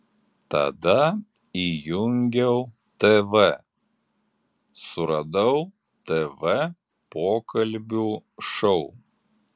tada įjungiau tv suradau tv pokalbių šou